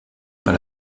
par